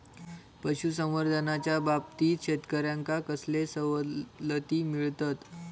पशुसंवर्धनाच्याबाबतीत शेतकऱ्यांका कसले सवलती मिळतत?